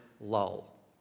lull